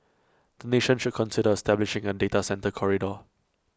the nation should consider establishing A data centre corridor